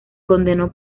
condenó